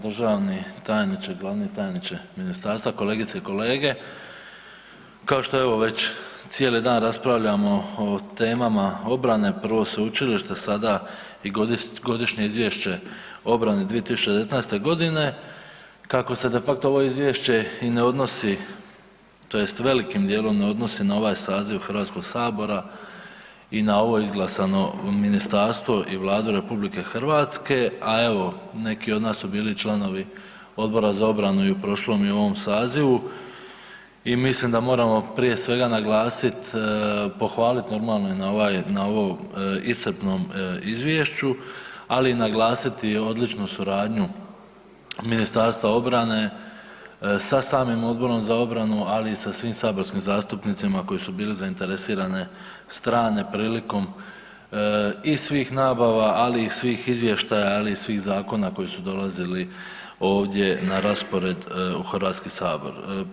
Državni tajniče, glavni tajniče ministarstva, kolegice i kolege kao što evo već cijeli dan raspravljamo o temama obrane prvo sveučilište sada i Godišnje izvješće o obrani 2019. godini kako se de facto ovo izvješće i ne odnosi tj. velikim dijelom ne odnosi na ovaj saziv Hrvatskog sabora i na ovo izglasano ministarstvo i Vladu RH, a evo neki od nas su bili članovi Odbora za obranu i u prošlom i u ovom sazivu i mislim da moramo prije svega naglasiti, pohvaliti normalno i na ovom iscrpnom izvješću, ali naglasiti i odličnu suradnju Ministarstva obrane sa samim Odborom za obranu ali i sa svim saborskim zastupnicima koji su bili zainteresirane strane prilikom i svih nabava, ali i svih izvještaja, ali i svih zakona koji su dolazili ovdje na raspored u Hrvatski sabor.